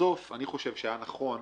בסוף אני חושב שהיה נכון